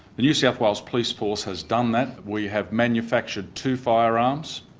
the new south wales police force has done that, we have manufactured two firearms.